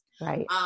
right